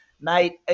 Mate